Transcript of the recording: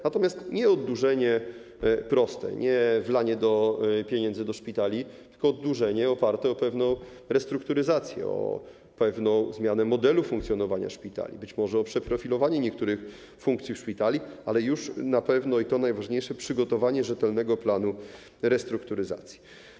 Natomiast nie chodzi o oddłużenie proste, nie chodzi o wlanie pieniędzy do szpitali, tylko o oddłużenie oparte na pewnej restrukturyzacji, na pewnej zmianie modelu funkcjonowania szpitali, być może o przeprofilowanie niektórych funkcji szpitali, ale już na pewno - i jest to najważniejsze - o przygotowanie rzetelnego planu restrukturyzacji.